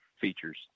features